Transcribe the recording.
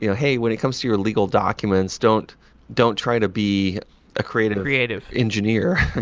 you know hey, when it comes to your legal documents, don't don't try to be a creative creative engineer.